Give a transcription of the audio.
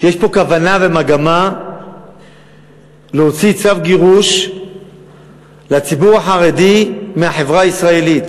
יש פה כוונה ומגמה להוציא צו גירוש לציבור החרדי מהחברה הישראלית